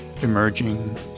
emerging